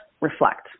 reflect